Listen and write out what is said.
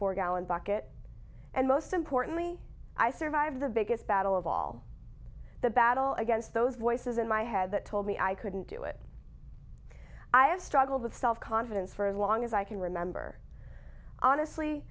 for gallon bucket and most importantly i survived the biggest battle of all the battle against those voices in my head that told me i couldn't do it i have struggled with self confidence for as long as i can remember honestly